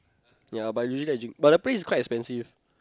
ya but usually I drink but the place is quite expensive